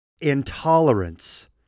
intolerance